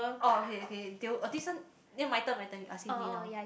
orh okay okay they'll ya my turn my turn you asking me now